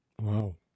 wow